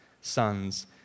sons